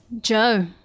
Joe